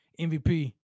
MVP